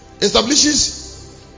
Establishes